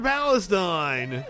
Palestine